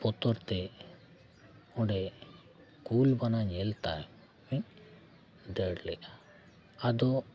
ᱵᱚᱛᱚᱨ ᱛᱮ ᱚᱸᱰᱮ ᱠᱩᱞ ᱵᱟᱱᱟ ᱧᱮᱞ ᱛᱟᱭᱚᱢ ᱤᱧ ᱫᱟᱹᱲ ᱞᱮᱜᱼᱟ ᱟᱫᱚ